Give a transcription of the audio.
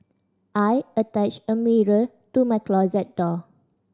I attached a mirror to my closet door